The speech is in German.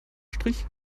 strich